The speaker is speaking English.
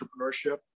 entrepreneurship